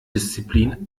disziplin